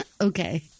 Okay